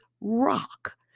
rock